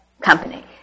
company